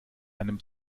einem